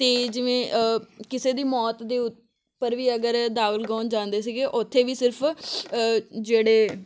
ਅਤੇ ਜਿਵੇਂ ਕਿਸੇ ਦੀ ਮੌਤ ਦੇ ਉੱਪਰ ਵੀ ਅਗਰ ਦਾਗ ਲਗਾਉਣ ਜਾਂਦੇ ਸੀਗੇ ਉੱਥੇ ਵੀ ਸਿਰਫ਼ ਜਿਹੜੇ